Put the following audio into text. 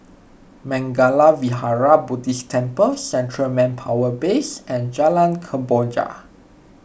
Mangala Vihara Buddhist Temple Central Manpower Base and Jalan Kemboja